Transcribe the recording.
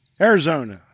Arizona